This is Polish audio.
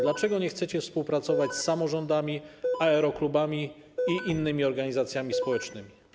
Dlaczego nie chcecie współpracować z samorządami, aeroklubami i innymi organizacjami społecznymi?